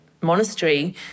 monastery